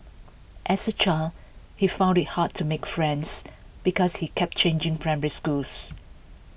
as A child he found IT hard to make friends because he kept changing primary schools